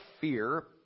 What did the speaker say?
fear